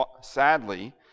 Sadly